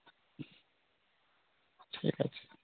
ঠিক আছে